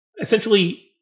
essentially